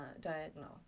diagonal